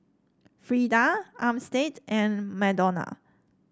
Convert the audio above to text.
Freeda Armstead and Madonna